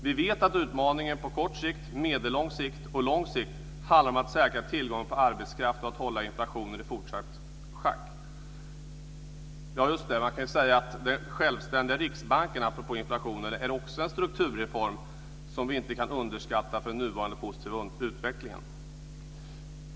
Vi vet att utmaningen på kort sikt, medellång sikt och lång sikt handlar om att säkra tillgången på arbetskraft och att hålla inflationen i fortsatt schack. Man kan säga att den självständiga Riksbanken - apropå inflationen - är också en strukturreform som inte kan underskattas i den nuvarande positiva utvecklingen.